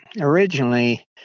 originally